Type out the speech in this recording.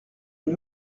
une